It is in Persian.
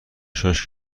شاش